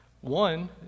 One